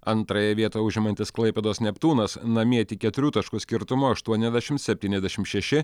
antrąją vietą užimantis klaipėdos neptūnas namie tik keturių taškų skirtumu aštuoniasdešims septyniasdešim šeši